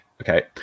okay